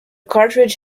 cartridge